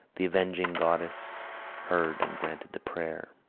the avenging goddess heard and granted the prayer.